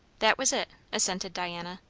that was it, assented diana.